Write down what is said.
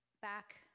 Back